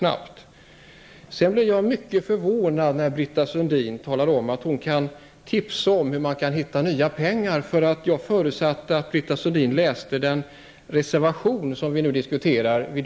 Jag blir mycket förvånad när Britta Sundin säger att hon kan tipsa om hur man får nya pengar. Jag förutsätter att Britta Sundin har läst den reservation som vi diskuterar här.